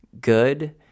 good